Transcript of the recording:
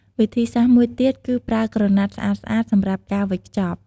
វិធីសាស្រ្តមួយទៀតគឺប្រើក្រណាត់ស្អាតៗសម្រាប់ការវេចខ្ចប់។